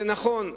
זה נכון,